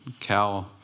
cow